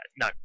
No